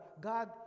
God